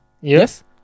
Yes